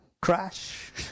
crash